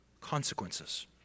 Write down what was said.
consequences